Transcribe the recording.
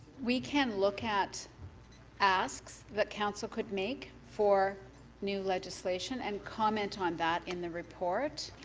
we can look at asks that council could make for new legislation, and comment on that in the report.